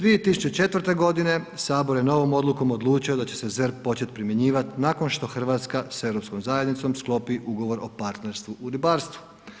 2004. godine sabor je novom odlukom odlučio da će se ZERP počet primjenjivat nakon što Hrvatska s europskom zajednicom sklopi ugovor o partnerstvu u ribarstvu.